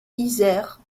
isère